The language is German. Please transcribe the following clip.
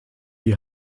die